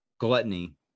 gluttony